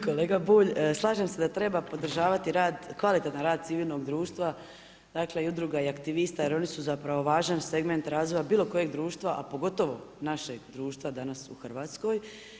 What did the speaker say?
Kolega Bulj, slažem se da treba podržavati rad, kvalitetan rad civilnog društva, dakle i udruga i aktivista jer oni su zapravo važan segment razvoja bilo kojeg društva, a pogotovo našeg društva danas u Hrvatskoj.